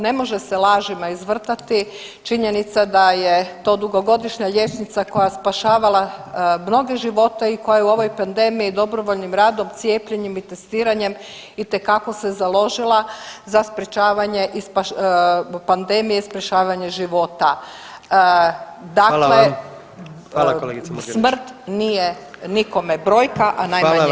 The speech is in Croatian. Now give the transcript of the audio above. Ne može se lažima izvrtati činjenica da je to dugogodišnja liječnica koja spašavala mnoge živote i koja je u ovoj pandemiji dobrovoljnim radom, cijepljenjem i testiranjem itekako se založila za sprječavanje i .../nerazumljivo/... pandemije i spašavanje života [[Upadica: Hvala vam.]] Dakle, [[Upadica: Hvala kolegice Murganić.]] smrt nije nikome brojka, a najmanje [[Upadica: Hvala vam.]] ne njoj.